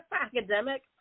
Academic